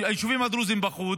והיישובים הדרוזיים בחוץ,